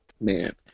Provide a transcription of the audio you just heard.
man